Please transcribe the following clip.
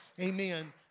amen